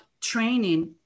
training